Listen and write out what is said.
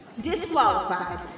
Disqualified